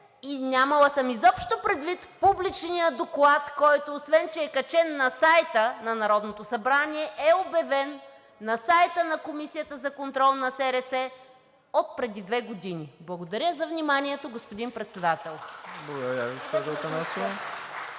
нямала изобщо предвид публичния доклад, който, освен че е качен на сайта на Народното събрание, е обявен на сайта на Комисията за контрол на СРС отпреди две години. Благодаря за вниманието, господин Председател. (Ръкопляскания от